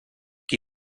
qui